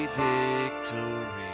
victory